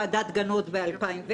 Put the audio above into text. ועדת גנות ב-2010,